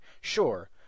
sure